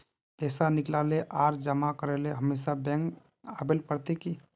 पैसा निकाले आर जमा करेला हमेशा बैंक आबेल पड़ते की?